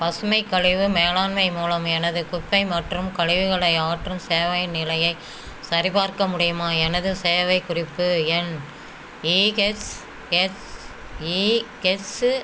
பசுமைக் கழிவு மேலாண்மை மூலம் எனது குப்பை மற்றும் கழிவுகளை அகற்றும் சேவையின் நிலையை சரிபார்க்க முடியுமா எனது சேவைக் குறிப்பு எண் ஏஹெச்எஸ்ஏ ஹெச்சு